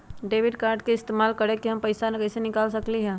Debit card के इस्तेमाल करके हम पैईसा कईसे निकाल सकलि ह?